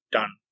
done